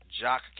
Jock